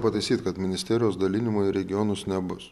pataisyt kad ministerijos dalinimo į regionus nebus